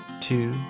two